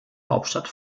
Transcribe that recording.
hauptstadt